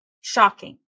Shocking